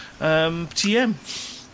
TM